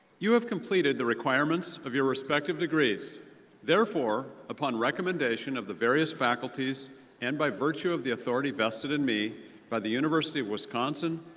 you have completed the requirements of your respective degrees therefore, upon recommendation of the various faculties and by virtue of the authority vested in me by the university of wisconsin,